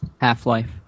Half-Life